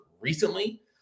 recently